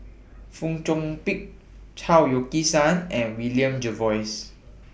Fong Chong Pik Chao Yoke San and William Jervois